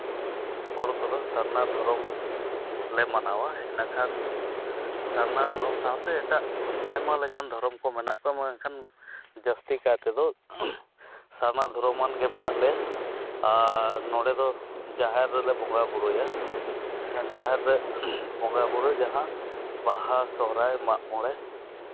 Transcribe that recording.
ᱦᱚᱲ ᱠᱚᱫᱚ ᱥᱟᱨᱱᱟ ᱫᱷᱚᱨᱚᱢ ᱞᱮ ᱢᱟᱱᱟᱣᱟ ᱤᱱᱟᱹᱠᱷᱟᱱ ᱥᱟᱨᱱᱟ ᱫᱷᱚᱨᱚᱢ ᱥᱟᱶᱛᱮ ᱮᱴᱟᱜ ᱟᱭᱢᱟ ᱞᱮᱠᱟᱱ ᱫᱷᱚᱨᱚᱢ ᱠᱚ ᱢᱮᱱᱟᱜ ᱛᱟᱢᱟ ᱢᱮᱱᱠᱷᱟᱱ ᱡᱟᱹᱥᱛᱤ ᱠᱟᱨ ᱛᱮᱫᱚ ᱥᱟᱨᱱᱟ ᱫᱷᱚᱨᱚᱢᱟᱱ ᱜᱮ ᱢᱮᱱᱟᱜ ᱞᱮᱭᱟ ᱟᱨ ᱱᱚᱰᱮ ᱫᱚ ᱡᱟᱦᱮᱨ ᱨᱮᱞᱮ ᱵᱚᱸᱜᱟᱼᱵᱩᱨᱩᱭᱟ ᱮᱸᱰᱮᱠᱷᱟᱱ ᱡᱟᱦᱮᱨ ᱨᱮ ᱵᱚᱸᱜᱟᱼᱵᱩᱨᱩ ᱡᱟᱦᱟᱸ ᱵᱟᱦᱟ ᱥᱚᱦᱚᱨᱟᱭ ᱢᱟᱜ ᱢᱚᱬᱮ